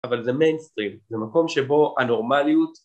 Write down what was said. אבל זה מיינסטרים זה מקום שבו הנורמליות